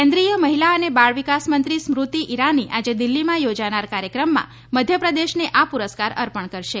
કેન્દ્રીય મહિલા અને બાળવિકાસ મંત્રી સ્મૃતિ ઈરાની આજે દિલ્ફીમાં યોજાનાર કાર્યક્રમમાં મધ્યપ્રદેશને આ પુરસ્કાર અર્પણ કરશે